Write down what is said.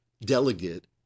delegate